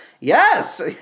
Yes